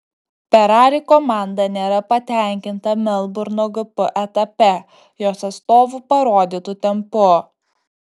ferrari komanda nėra patenkinta melburno gp etape jos atstovų parodytu tempu